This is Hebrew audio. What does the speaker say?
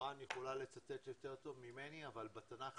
מהקוראן יכולה לצטט יותר טוב ממני אבל בתנ"ך